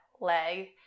leg